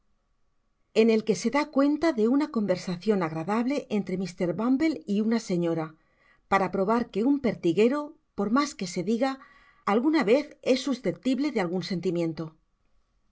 en el o ue se da cuenta de una conversacion agradable entre mr bumble t una señora para probar que un pertiguero por mas que se diga alguna vrz es susceptible de algun sentimiento